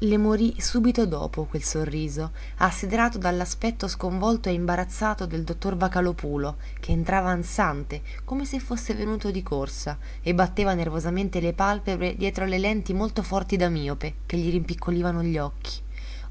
le morì subito dopo quel sorriso assiderato dall'aspetto sconvolto e imbarazzato del dottor vocalòpulo che entrava ansante come se fosse venuto di corsa e batteva nervosamente le palpebre dietro le lenti molto forti da miope che gli rimpiccolivano gli occhi